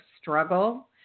struggle